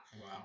Wow